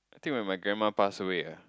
I think when my grandma passed away ah